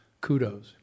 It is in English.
kudos